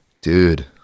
dude